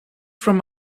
from